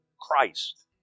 Christ